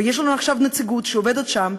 ויש לנו עכשיו נציגות שעובדת שם,